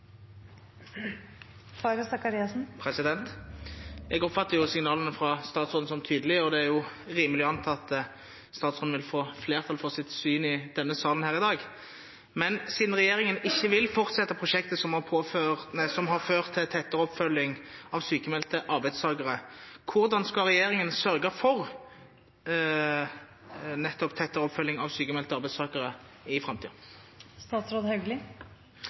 rimelig å anta at statsråden vil få flertall for sitt syn i salen her i dag. Men siden regjeringen ikke vil fortsette prosjektet som har ført til tettere oppfølging av sykmeldte arbeidstakere, hvordan skal regjeringen sørge for nettopp tettere oppfølging av sykmeldte arbeidstakere i